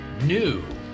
new